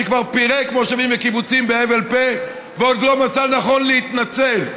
שכבר פירק מושבים וקיבוצים בהבל פה ועוד לא מצא נכון להתנצל,